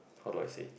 how do I say